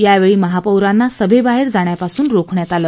यावेळी महापौरांना सभेबाहेर जाण्यापासून रोखण्यात आलं